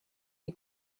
die